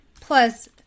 plus